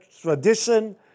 tradition